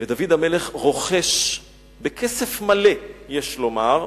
ודוד המלך רוכש, בכסף מלא, יש לומר,